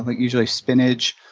but usually spinach,